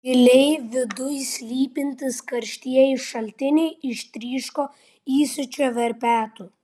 giliai viduj slypintys karštieji šaltiniai ištryško įsiūčio verpetu